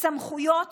סמכויות